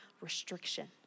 restriction